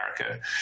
America